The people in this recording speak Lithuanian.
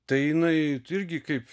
tai jinai irgi kaip